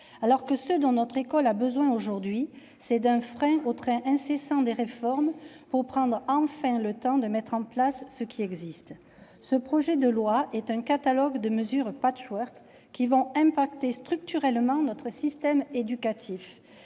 alors que ce dont notre école a besoin aujourd'hui, c'est d'un frein au train incessant des réformes, pour prendre enfin le temps de mettre en place ce qui existe. Ce projet de loi est un catalogue, un patchwork de mesures qui vont affecter structurellement notre système éducatif.